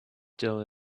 still